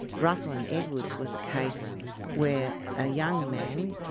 russell and edwards was a case where a young man,